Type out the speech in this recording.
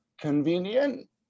convenient